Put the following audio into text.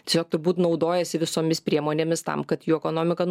tiesiog turbūt naudojasi visomis priemonėmis tam kad jų ekonomika